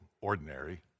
ordinary